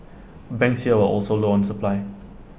banks here were also low on supply